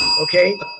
Okay